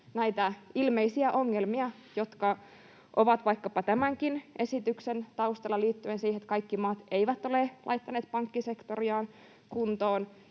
näitä ilmeisiä ongelmia, jotka ovat vaikkapa tämänkin esityksen taustalla, liittyen siihen, että kaikki maat eivät ole laittaneet pankkisektoriaan kuntoon.